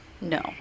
No